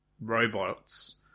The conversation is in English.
robots